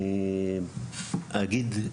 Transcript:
אגיד,